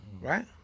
Right